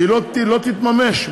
לא תתממש,